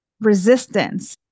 resistance